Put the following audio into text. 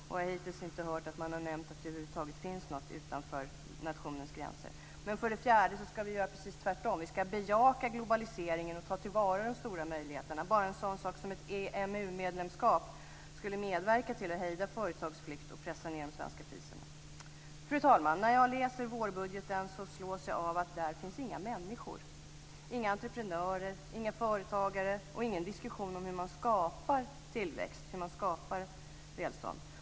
Jag har hittills inte hört att man har nämnt att det över huvud taget finns något utanför nationens gränser. För det fjärde ska vi göra precis tvärtom. Vi ska bejaka globaliseringen och ta till vara de stora möjligheterna. Bara en sådan sak som ett EMU medlemskap skulle medverka till att hejda företagsflytt och pressa ned de svenska priserna. Fru talman! När jag läser vårbudgeten slås jag av att där finns inga människor - inga entreprenörer, inga företagare och ingen diskussion om hur man skapar tillväxt och välstånd.